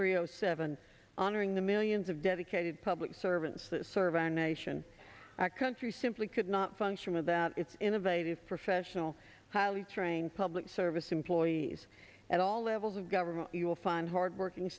zero seven honoring the millions of dedicated public servants that serve our nation our country simply could not function without its innovative professional highly trained public service employees at all levels of government you will find hardworking